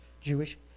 Jewish